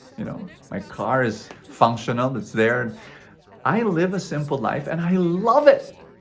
you know. my car is functional. it's there. and i live a simple life. and i love it!